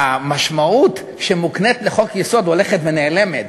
המשמעות שמוקנית לחוק-יסוד הולכת ונעלמת.